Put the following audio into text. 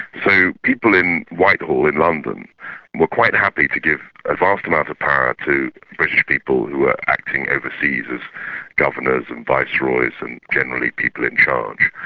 so people in whitehall in london were quite happy to give a vast amount of power to british people acting overseas as governors and viceroys and generally people in charge.